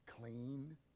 clean